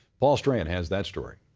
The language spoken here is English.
paul strand has that story.